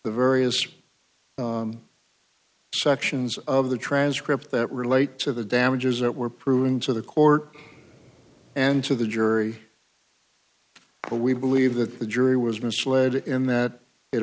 the various sections of the transcript that relate to the damages that were proven to the court and to the jury pool we believe that the jury was misled in that it